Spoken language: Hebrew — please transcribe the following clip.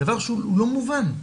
דבר שהוא לא מובן.